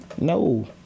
no